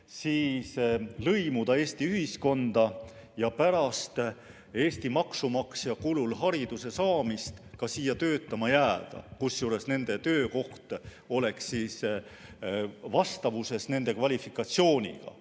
siis lõimuda Eesti ühiskonda ja pärast Eesti maksumaksja kulul hariduse saamist ka siia töötama jääda. Kusjuures nende töökoht oleks siis vastavuses nende kvalifikatsiooniga,